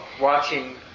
watching